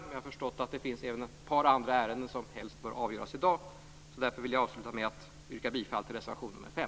Men jag har förstått att det även finns ett par andra ärenden som helst bör avgöras i dag. Därför vill jag avsluta med att yrka bifall till reservation nr 5.